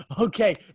okay